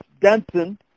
Denson